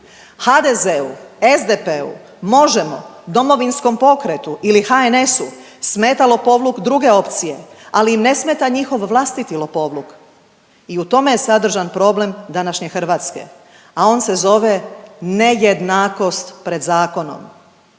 HDZ-u, SDP-u, Možemo!, Domovinskom pokretu ili HNS-u smeta lopovluk druge opcije, ali ne smeta njihov vlastiti lopovluk i u tome je sadržan problem današnje Hrvatske, a on se zove nejednakost pred zakonom.